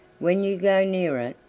when you go near it,